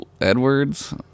Edwards